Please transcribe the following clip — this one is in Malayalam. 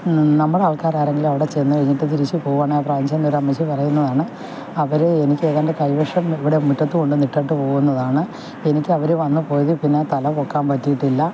നമ്മുടെ ആൾക്കാർ ആരെങ്കിലും അവിടെ ചെന്ന് കഴിഞ്ഞിട്ട് തിരിച്ച് പോവുവാണെങ്കിൽ പ്രായം ചെന്ന ഒരു അമ്മച്ചി പറയുന്നതാണ് അവർ എനിക്ക് ഏതാണ്ട് കൈവിഷം ഇവിടെ മുറ്റത്ത് കൊണ്ടുവന്ന് ഇട്ടിട്ട് പോവുന്നതാണ് എനിക്ക് അവർ വന്ന് പോയതിൽ പിന്നെ തല പൊക്കാൻ പറ്റിയിട്ടില്ല